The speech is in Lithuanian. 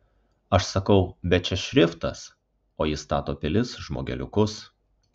aš sakau bet čia šriftas o jis stato pilis žmogeliukus